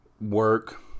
work